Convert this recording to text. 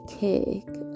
cake